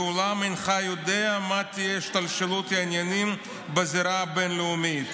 לעולם אינך יודע מה תהיה השתלשלות העניינים בזירה הבין-לאומית".